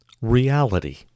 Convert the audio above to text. reality